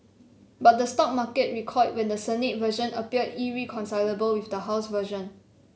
but the stock market recoiled when the Senate version appeared irreconcilable with the house version